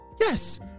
Yes